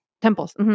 temples